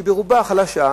שרובה חלשה,